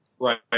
Right